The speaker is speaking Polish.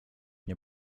nie